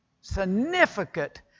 significant